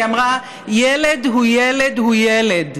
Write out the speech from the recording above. היא אמרה: ילד הוא ילד הוא ילד,